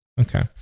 Okay